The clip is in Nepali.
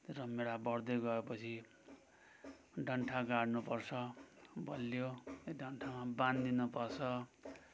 रामभेडा बढ्दै गएपछि डन्ठा गाढ्नु पर्छ बलियो डन्ठामा बाँधिदिनु पर्छ